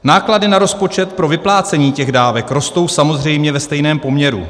Náklady na rozpočet pro vyplácení těch dávek rostou samozřejmě ve stejném poměru.